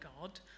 God